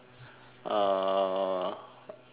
uh